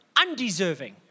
undeserving